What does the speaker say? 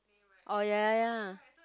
oh ya ya ya